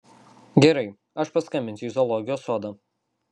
gerai aš paskambinsiu į zoologijos sodą